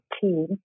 team